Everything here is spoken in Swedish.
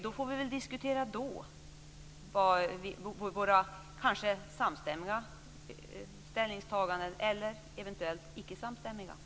Då får vi diskutera våra samstämmiga eller icke samstämmiga ställningstaganden.